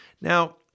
Now